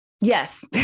Yes